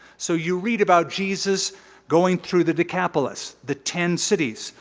so you read about jesus going through the decapolis the ten cities.